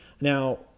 Now